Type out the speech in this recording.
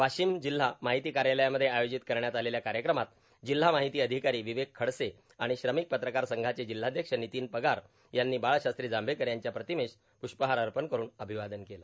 वाशिम जिल्हा माहिती कार्यालयामध्ये आयोजित करण्यात आलेल्या कार्यक्रमात जिल्हा माहिती अधिकारी विवेक खडसे आणि श्रमिक पत्रकार संघाचे जिल्हाध्यक्ष नितीन पगार यांनी बाळशास्त्री जांभेकर यांच्या प्रतिमेस प्रष्पहार अर्पण करून अभिवादन केलं